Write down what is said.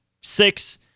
six